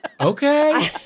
Okay